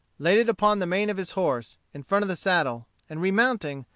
laid it upon the mane of his horse, in front of the saddle, and remounting,